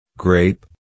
grape